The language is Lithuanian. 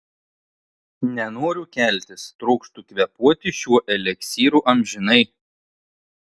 nenoriu keltis trokštu kvėpuoti šiuo eliksyru amžinai